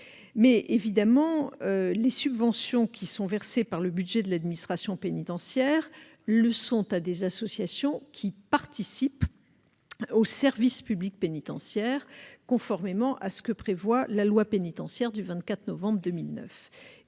Évidemment, les subventions versées par l'administration pénitentiaire vont à des associations qui participent au service public pénitentiaire, conformément à la loi pénitentiaire du 24 novembre 2009